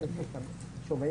החורג"